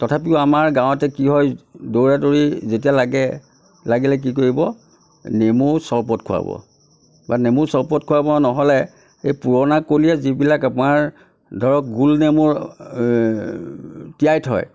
তথাপিও আমাৰ গাওঁতে কি হয় দৌৰা দৌৰি যেতিয়া লাগে লাগিলে কি কৰিব নেমুৰ চৰবত খোৱাব বা নেমুৰ চৰবত খোৱাব নহ'লে এই পুৰণিকলীয়া যিবিলাক আমাৰ ধৰক গোলনেমুৰ তিয়াই থয়